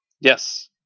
Yes